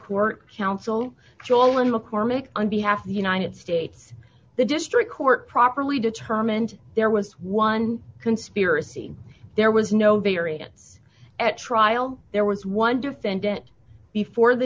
court counsel joel and mccormick on behalf of the united states the district court properly determined there was one conspiracy there was no variance at trial there was one defendant before the